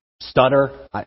stutter